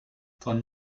von